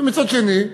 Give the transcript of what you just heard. ומצד שני,